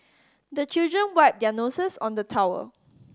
the children wipe their noses on the towel